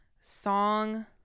song